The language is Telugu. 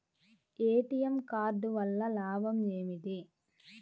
ఏ.టీ.ఎం కార్డు వల్ల లాభం ఏమిటి?